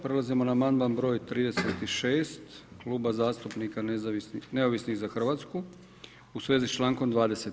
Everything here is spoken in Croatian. Prelazimo na amandman broj 36 Kluba zastupnika Neovisnih za Hrvatsku u svezi s člankom 20.